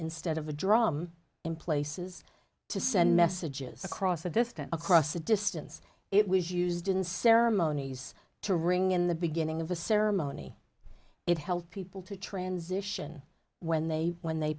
instead of a drum in places to send messages across a distance across a distance it was used in ceremonies to ring in the beginning of a ceremony it help people to transition when they when they